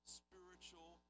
spiritual